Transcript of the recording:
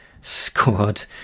squad